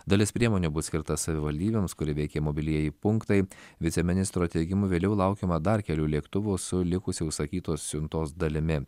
dalis priemonių bus skirta savivaldybėms kuri veikia mobilieji punktai viceministro teigimu vėliau laukiama dar kelių lėktuvų su likusia užsakytos siuntos dalimi